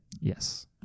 Yes